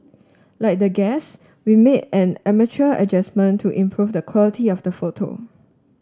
like the guests we made an amateur adjustment to improve the quality of the photo